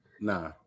nah